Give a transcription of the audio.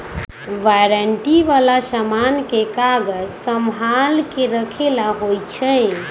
warranty वाला समान के कागज संभाल के रखे ला होई छई